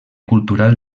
cultural